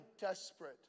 desperate